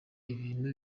ibintu